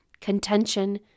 Contention